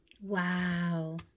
wow